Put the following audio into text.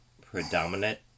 predominant